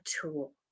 tool